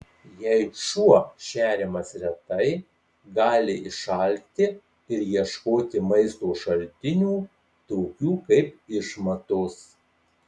jei šuo šeriamas retai gali išalkti ir ieškoti maisto šaltinių tokių kaip išmatos